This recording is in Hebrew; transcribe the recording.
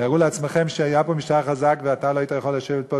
תארו לעצמכם שהיה פה משטר חזק ואתה לא היית יכול לשבת פה,